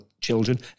children